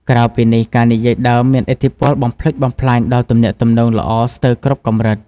ក្រៅពីនេះការនិយាយដើមមានឥទ្ធិពលបំផ្លិចបំផ្លាញដល់ទំនាក់ទំនងល្អស្ទើរគ្រប់កម្រិត។